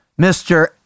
Mr